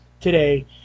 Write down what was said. today